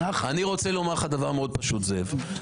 אני רוצה לומר לך דבר מאוד פשוט, זאב.